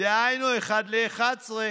דהיינו 1 בנובמבר,